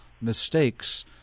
mistakes